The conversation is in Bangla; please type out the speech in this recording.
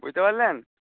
বুঝতে পারলেন